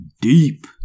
deep